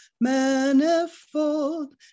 manifold